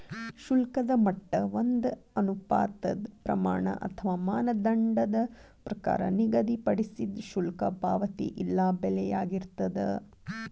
ಶುಲ್ಕದ ಮಟ್ಟ ಒಂದ ಅನುಪಾತದ್ ಪ್ರಮಾಣ ಅಥವಾ ಮಾನದಂಡದ ಪ್ರಕಾರ ನಿಗದಿಪಡಿಸಿದ್ ಶುಲ್ಕ ಪಾವತಿ ಇಲ್ಲಾ ಬೆಲೆಯಾಗಿರ್ತದ